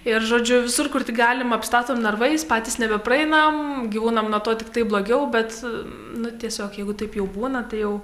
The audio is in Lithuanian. ir žodžiu visur kur tik galim apstatom narvais patys nebepraeinam gyvūnam nuo to tiktai blogiau bet nu tiesiog jeigu taip jau būna tai jau